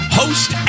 host